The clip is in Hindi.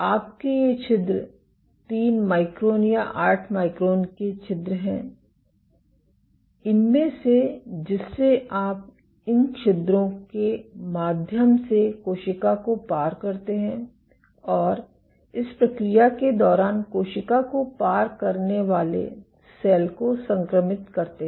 आपके पास ये छिद्र 3 माइक्रोन या 8 माइक्रोन के छिद्र हैं इनमें से जिससे आप इन छिद्रों के माध्यम से कोशिका को पार करते हैं और इस प्रक्रिया के दौरान कोशिका को पार करने वाले सेल को संक्रमित करते हैं